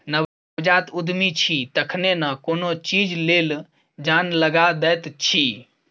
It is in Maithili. नवजात उद्यमी छी तखने न कोनो चीज लेल जान लगा दैत छी